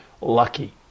lucky